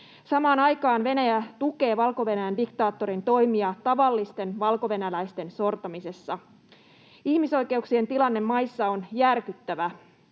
Samaan aikaan Venäjä tukee Valko-Venäjän diktaattorin toimia tavallisten valkovenäläisten sortamisessa. Ihmisoikeuksien tilanne maissa on järkyttävä,